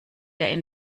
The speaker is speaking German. der